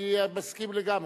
אני מסכים לגמרי.